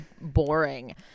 boring